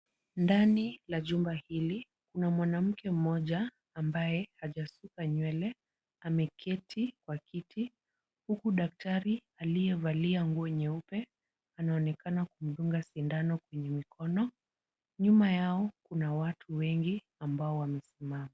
Ndani la jumba hili kuna mwanamke mmoja ambaye hajasuka nywele, ameketi kwa kiti huku daktari aliyevalia nguo nyeupe anaonekana kumdunga sindano kwenye mikono, nyuma yao kuna watu wengi ambao wamesimama.